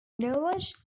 knowledge